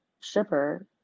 shipper